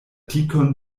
tikon